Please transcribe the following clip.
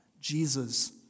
Jesus